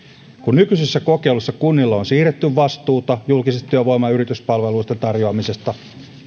nykyisessä kokeilussa kunnille on siirretty vastuuta julkisten työvoima ja yrityspalveluiden tarjoamisesta